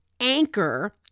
anchor